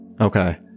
Okay